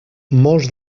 molts